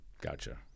Gotcha